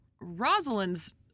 Rosalind's